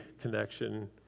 connection